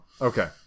Okay